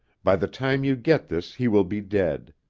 by the time you get this he will be dead.